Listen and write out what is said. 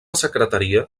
secretaria